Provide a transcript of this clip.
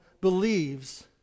believes